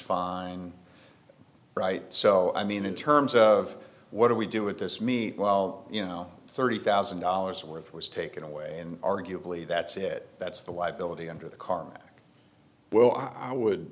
five right so i mean in terms of what do we do with this me well you know thirty thousand dollars worth was taken away and arguably that's it that's the liability under the car well i would